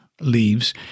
leaves